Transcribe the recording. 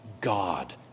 God